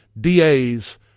DAs